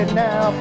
now